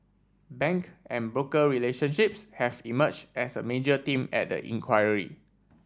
bank and broker relationships have emerged as a major theme at the inquiry